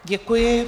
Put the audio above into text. Děkuji.